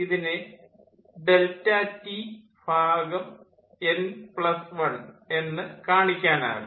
ഇതിനെ ∆T n1 എന്ന് കാണിക്കാനാകും